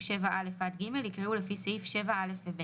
7(א) עד (ג)" יקראו "לפי סעיף 7(א) ו-(ב)"."